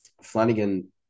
Flanagan